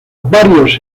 varios